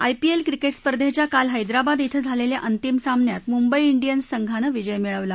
IPL cricket स्पर्धेच्या काल हैदराबाद श्व झालेल्या अंतिम सामन्यात मुंबई हियन्स संघानं विजय मिळवला